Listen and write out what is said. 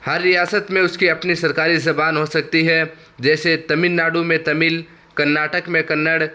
ہر ریاست میں اس کی اپنی سرکاری زبان ہو سکتی ہے جیسے تمل ناڈو میں تمل کرناٹک میں کنڑ